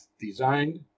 designed